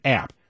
app